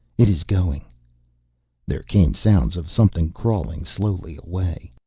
it is going there came sounds of something crawling slowly away.